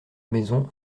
maison